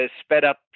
sped-up